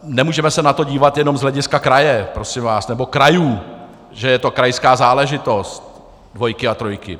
Nemůžeme se na to dívat jenom z hlediska kraje, prosím vás, nebo krajů, že je to krajská záležitost, dvojky a trojky.